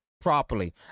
properly